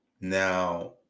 now